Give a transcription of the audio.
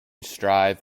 strive